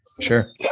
Sure